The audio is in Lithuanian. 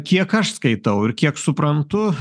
kiek aš skaitau ir kiek suprantu